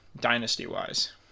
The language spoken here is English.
dynasty-wise